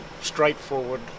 straightforward